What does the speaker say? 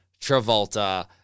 Travolta